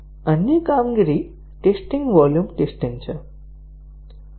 અન્ય કામગીરી testing volume testing છે